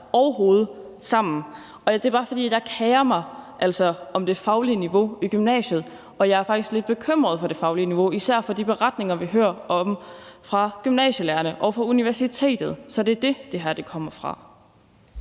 og hoved. Jeg kerer mig bare om det faglige niveau i gymnasiet, og jeg er faktisk lidt bekymret for det faglige niveau, især i lyset af de beretninger, vi hører fra gymnasielærerne og fra universitetet. Så det er det, det udspringer af.